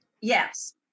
yes